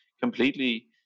completely